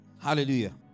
Hallelujah